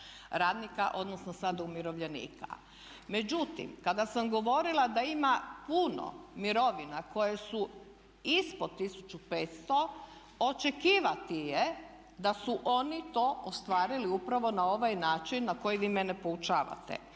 radnika odnosno sad umirovljenika. Međutim, kada sam govorila da ima puno mirovina koje su ispod 1500 očekivati je da su oni to ostvarili upravo na ovaj način na koji vi mene poučavate.